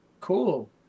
cool